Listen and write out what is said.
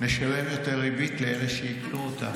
נשלם יותר ריבית לאלה שיקנו אותן,